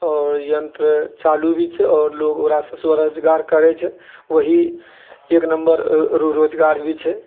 आओर यन्त्र चालू भी छै आओर लोग ओकरासँ स्व रोजगार भी करै छै वही एक नम्बर रो रोजगार भी छै